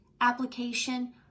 application